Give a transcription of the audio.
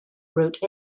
wrote